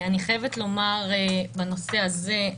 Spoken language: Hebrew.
אני חייבת לומר בנושא הזה,